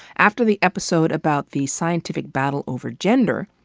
after the episode about the scientific battle over gender,